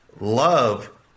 love